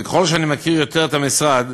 וככל שאני מכיר יותר את המשרד,